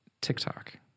TikTok